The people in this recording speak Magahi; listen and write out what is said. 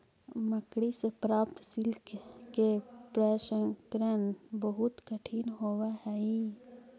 मकड़ि से प्राप्त सिल्क के प्रसंस्करण बहुत कठिन होवऽ हई